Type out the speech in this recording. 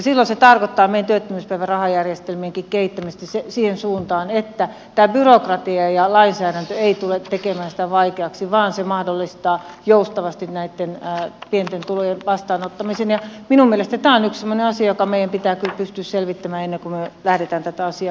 silloin se tarkoittaa meidän työttömyyspäivärahajärjestelmienkin kehittämistä siihen suuntaan että tämä byrokratia ja lainsäädäntö eivät tule tekemään sitä vaikeaksi vaan se mahdollistaa joustavasti näitten pienten tulojen vastaanottamisen ja minulle jätetään yksin asioita mietitään pysty selvittämään ennen kuin päätetään tätä asiaa